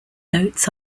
notes